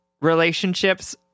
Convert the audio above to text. Relationships